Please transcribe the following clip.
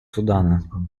судана